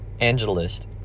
angelist